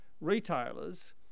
retailers